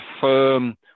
firm